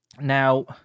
Now